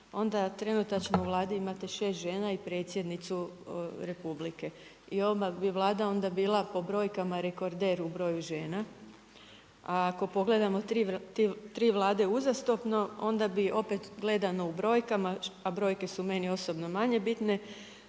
onda trenutačno u Vladi imate 6 žena i predsjednicu Republike. I odmah bi Vlada onda bila po brojka rekorder u broju žena. A ako pogledamo 3 Vlade uzastopno, onda bi opet gledano u brojkama, a brojke su meni osobno manje bitne,